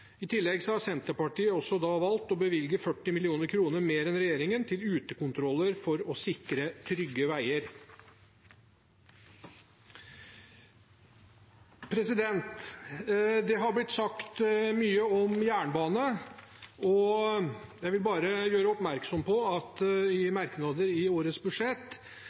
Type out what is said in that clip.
I tillegg har Senterpartiet valgt å bevilge 40 mill. kr mer enn regjeringen til utekontroller for å sikre trygge veier. Det har blitt sagt mye om jernbane, og jeg vil gjøre oppmerksom på at Senterpartiet i merknader til årets budsjett